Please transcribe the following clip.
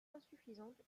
insuffisante